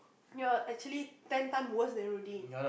ya actually time time worse than Rudy